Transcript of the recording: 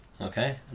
Okay